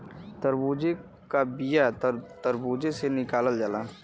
तरबूजे का बिआ तर्बूजे से निकालल जाला